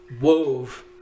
wove